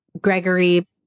Gregory